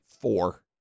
Four